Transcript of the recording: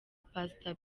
pastor